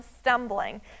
stumbling